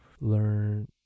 learn